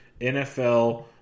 NFL